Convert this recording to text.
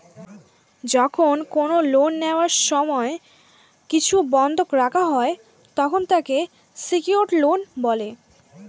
যখন কোন লোন নেওয়ার সময় কিছু বন্ধক রাখা হয়, তখন তাকে সিকিওরড লোন বলে